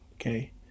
okay